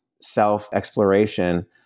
self-exploration